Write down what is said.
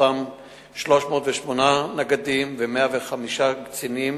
ומתוכם 308 נגדים ו-105 קצינים,